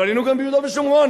בנינו גם ביהודה ושומרון.